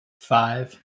Five